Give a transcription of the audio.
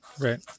Right